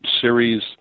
series